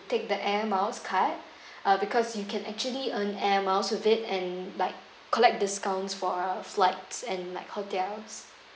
take the air miles card uh because you can actually earn air miles with it and like collect discounts for flights and like hotels